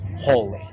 holy